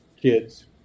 kids